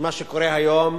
שמה שקורה היום